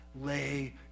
Lay